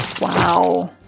Wow